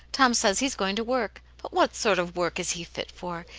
tom says he's going to work. but what sort of work is he fit for?